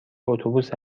اتوبوس